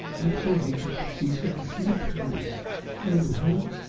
i'm so anxious for cecil to see the countess and well,